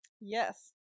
Yes